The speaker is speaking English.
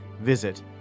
Visit